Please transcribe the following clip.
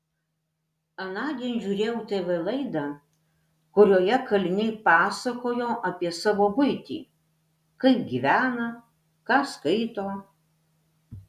anądien žiūrėjau tv laidą kurioje kaliniai pasakojo apie savo buitį kaip gyvena ką skaito